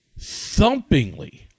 thumpingly